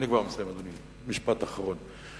אני כבר מסיים, אדוני, משפט אחרון,